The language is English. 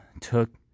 took